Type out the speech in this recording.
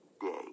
day